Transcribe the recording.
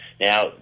Now